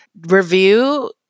Review